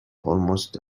almost